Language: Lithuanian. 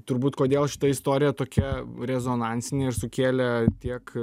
turbūt kodėl šita istorija tokia rezonansinė ir sukėlė tiek